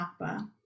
Nakba